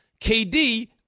KD